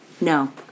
No